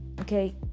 Okay